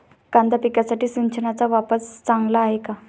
कांदा पिकासाठी सिंचनाचा वापर चांगला आहे का?